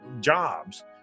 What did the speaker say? jobs